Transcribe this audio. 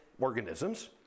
organisms